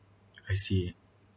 I see